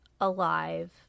alive